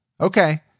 Okay